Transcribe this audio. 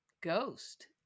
ghost